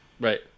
Right